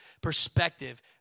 perspective